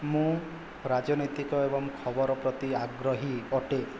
ମୁଁ ରାଜନୈତିକ ଏବଂ ଖବର ପ୍ରତି ଆଗ୍ରହୀ ଅଟେ